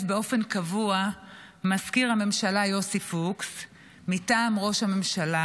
באופן קבוע מזכיר הממשלה יוסי פוקס מטעם ראש הממשלה.